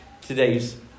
today's